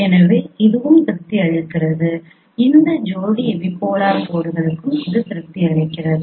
எனவே இதுவும் திருப்தி அளிக்கிறது எந்த ஜோடி எபிபோலார் கோடுகளுக்கும் இது திருப்தி அளிக்கிறது